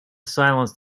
silence